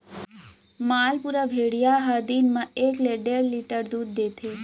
मालपुरा भेड़िया ह दिन म एकले डेढ़ लीटर दूद देथे